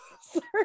Sorry